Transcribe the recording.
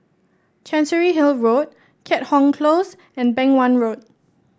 Chancery Hill Road Keat Hong Close and Beng Wan Road